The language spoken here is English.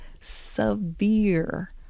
severe